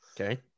Okay